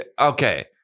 Okay